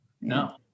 no